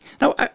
Now